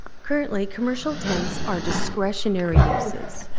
currently commercial tents are discretionary uses.